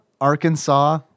Arkansas